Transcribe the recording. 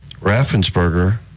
Raffensperger